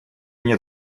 нет